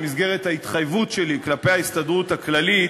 במסגרת ההתחייבות שלי כלפי ההסתדרות הכללית,